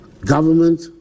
Government